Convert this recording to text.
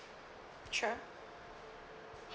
sure